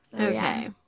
Okay